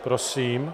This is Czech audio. Prosím.